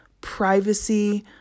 Privacy